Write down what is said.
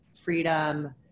freedom